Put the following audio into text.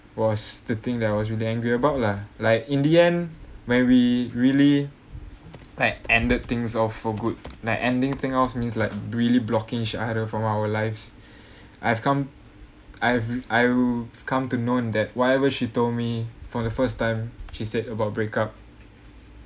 was the thing that I was really angry about lah like in the end when we really like ended things off for good like ending thing off means like really blocking each other from our lives I've come I've I will come to known that whatever she told me for the first time she said about break up